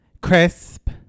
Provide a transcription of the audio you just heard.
Crisp